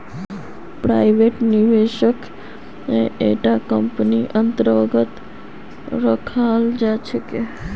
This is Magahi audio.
प्राइवेट निवेशकक इटा कम्पनीर अन्तर्गत रखाल जा छेक